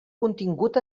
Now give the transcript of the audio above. contingut